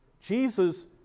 Jesus